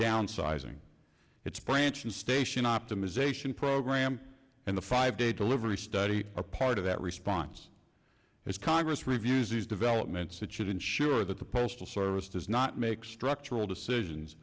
downsizing its branches station optimization program and a five day delivery study a part of that response as congress reviews these developments that should ensure that the postal service does not make structural decisions